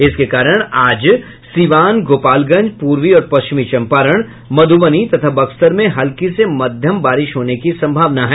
इसके कारण आज सिवान गोपालगंज पूर्वी और पश्चिमी चंपारण मधुबनी तथा बक्सर में हल्की से मध्यम बारिश होने की संभावना है